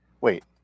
wait